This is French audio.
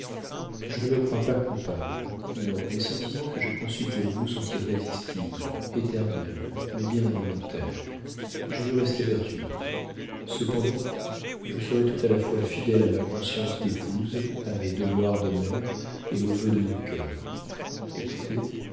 je ne me crois pas coupable non les sentiments que j'ai conçus pour vous sont irrésistibles éternels mais bien involontaires et je veux rester vertueuse cependant je serai tout à la fois fidèle à ma conscience d'épouse à mes devoirs de mère et aux vœux de mon cœur écoutez